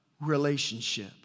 relationship